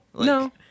No